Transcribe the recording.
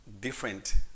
different